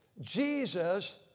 Jesus